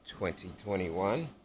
2021